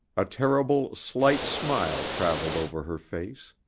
a terrible, slight smile travelled over her face.